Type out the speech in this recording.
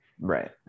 right